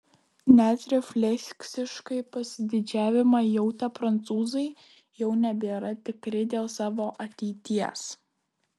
net refleksiškai pasididžiavimą jautę prancūzai jau nebėra tikri dėl savo ateities